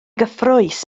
gyffrous